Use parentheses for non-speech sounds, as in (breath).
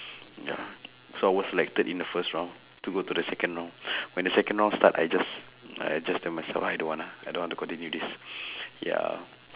(breath) ya so I was selected in the first round to go to the second round (breath) when the second round start I just I just tell myself I don't want lah I don't want to continue this (breath) ya